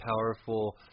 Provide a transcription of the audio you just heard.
powerful